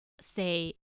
say